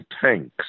tanks